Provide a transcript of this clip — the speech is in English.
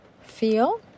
feel